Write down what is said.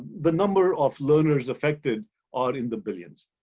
the number of learners affected are in the billions.